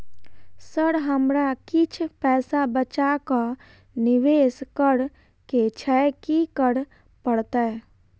Sir हमरा किछ पैसा बचा कऽ निवेश करऽ केँ छैय की करऽ परतै?